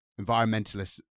environmentalists